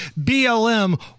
BLM